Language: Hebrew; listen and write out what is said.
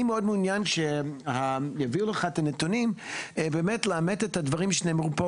אני מאוד מעוניין שיביאו לך את הנתונים כדי לאמת את הדברים שנאמרו פה,